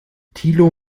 thilo